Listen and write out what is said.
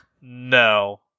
no